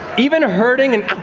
even hurting and